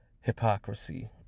hypocrisy